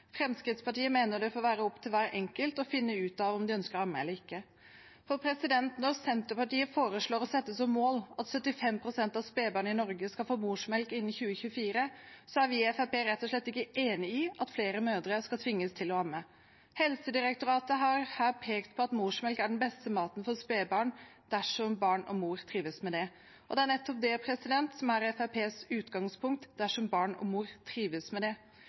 Fremskrittspartiet mener det får være opp til hver enkelt å finne ut om de ønsker å amme eller ikke. Når Senterpartiet foreslår å sette som mål at 75 pst. av spedbarna i Norge skal få morsmelk innen 2024, er vi i Fremskrittspartiet rett og slett ikke enig i at flere mødre skal tvinges til å amme. Helsedirektoratet har her pekt på at morsmelk er den beste maten for spedbarn dersom barn og mor trives med det. Det er nettopp det som er Fremskrittspartiets utgangspunkt: dersom barn og mor trives med det.